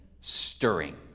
stirring